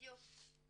בדיוק.